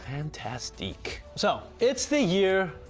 fantastic, so it's the year